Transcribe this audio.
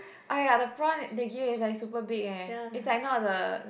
oh ya ya the prawn they give is like super big leh it's not the